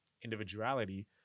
individuality